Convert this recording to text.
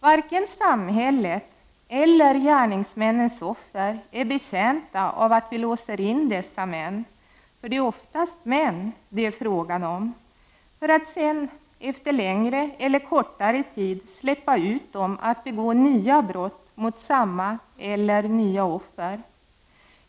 Varken samhället eller gärningsmännens offer är betjänta av att vi låser in dessa män — det är oftast män det är fråga om — för att sedan efter längre eller kortare tid släppa ut dem, så att de begår nya brott mot samma eller nya offer.